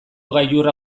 gailurra